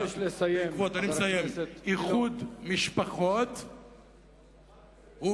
איחוד משפחות,